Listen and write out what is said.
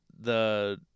the-